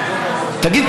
תגיד,